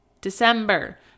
December